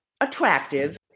attractive